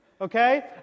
Okay